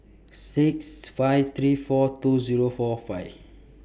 six five three four two Zero four five